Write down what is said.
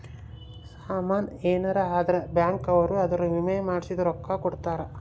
ಸಾಮನ್ ಯೆನರ ಅದ್ರ ಬ್ಯಾಂಕ್ ಅವ್ರು ಅದುರ್ ವಿಮೆ ಮಾಡ್ಸಿದ್ ರೊಕ್ಲ ಕೋಡ್ತಾರ